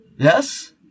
Yes